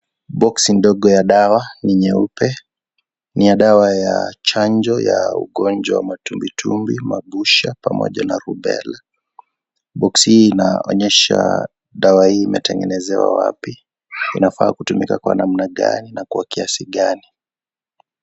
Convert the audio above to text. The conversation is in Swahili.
Boksi ndogo ya dawa yeupe ni ya chanjo ya ugonjwa matumbitumbi ,mabusha na upele. Boksi hii inaonyesha dawa dawa imetengenezewa wapi, inafaa kutumuka kwa namna gani au kwa jinsi gani.